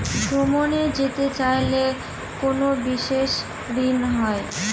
ভ্রমণে যেতে চাইলে কোনো বিশেষ ঋণ হয়?